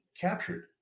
captured